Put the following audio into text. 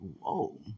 whoa